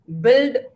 build